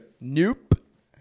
nope